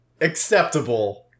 acceptable